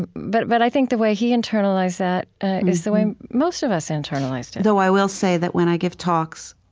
and but but i think the way he internalized that is the way most of us internalized it though i will say that when i give talks,